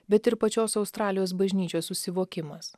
bet ir pačios australijos bažnyčios susivokimas